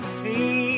see